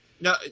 No